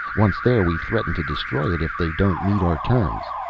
once there we threaten to destroy it if they don't meet our terms.